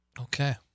Okay